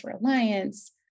reliance